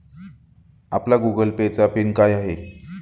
आपला Google pay चा pin काय आहे?